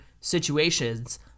situations